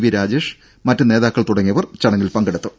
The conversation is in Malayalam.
വി രാജേഷ് മററ് നേതാക്കൾ തുടങ്ങിയവരും ചടങ്ങിൽ പങ്കെടുത്തു